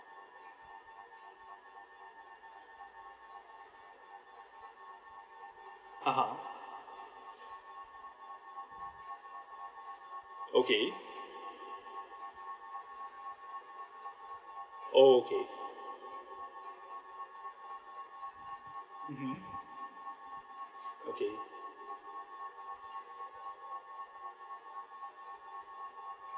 (uh huh) okay oh kay mmhmm okay